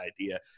idea